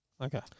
Okay